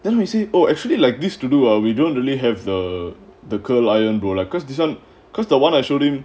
then we see oh actually like this to do or we don't really have the the culr iron lah because this one because the one I showed him